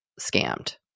scammed